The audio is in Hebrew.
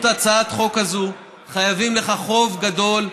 הצעת החוק הזאת חייבים לך חוב גדול,